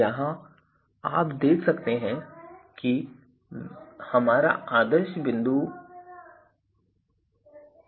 यहां आप देख सकते हैं कि यह हमारा आदर्श बिंदु है